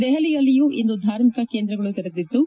ದೆಹಲಿಯಲ್ಲಿಯೂ ಇಂದು ಧಾರ್ಮಿಕ ಕೇಂದ್ರಗಳು ತೆರೆದಿದ್ದು